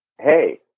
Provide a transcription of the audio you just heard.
hey